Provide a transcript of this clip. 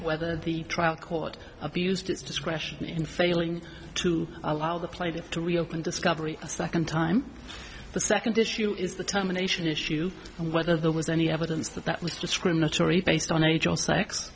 whether the trial court abused its discretion in failing to allow the player to reopen discovery a second time the second issue is the terminations issue and whether there was any evidence that that was discriminatory based on age